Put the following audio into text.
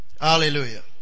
Hallelujah